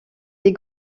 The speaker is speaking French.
des